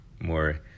more